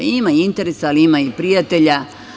Ima interesa, ali ima i prijatelja.